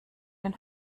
den